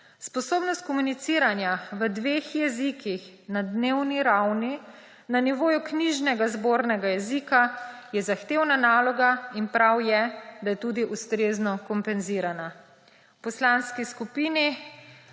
Sposobnost komuniciranja v dveh jezikih na dnevni ravni na nivoju knjižnega zbornega jezika je zahtevna naloga in prav je, da je tudi ustrezno kompenzirana.